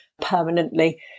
permanently